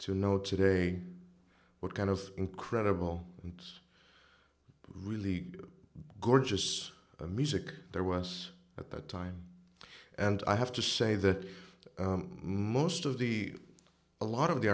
to know today what kind of incredible and it's really gorgeous music there was at the time and i have to say that most of the a lot of the